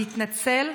להתנצל?